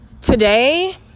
today